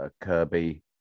Kirby